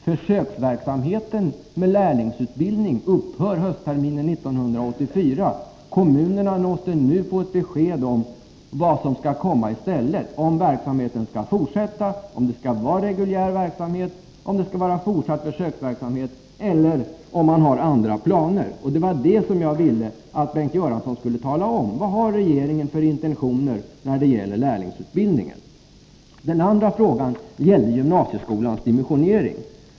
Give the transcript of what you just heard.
Försöksverksamheten med lärlingsutbildning upphör höstterminen 1984. Kommunerna måste nu få ett besked om vad som skall komma i stället — om verksamheten skall fortsätta, om det skall vara reguljär verksamhet, om det: skall vara fortsatt försöksverksamhet eller om man har andra planer. Det var det jag ville att Bengt Göransson skulle tala om. Vad har regeringen för intentioner när det gäller lärlingsutbildningen? Den andra frågan gällde gymnasieskolans dimensionering.